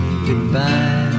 Goodbye